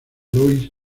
lois